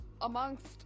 amongst